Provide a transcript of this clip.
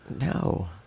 No